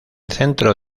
centro